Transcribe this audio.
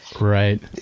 right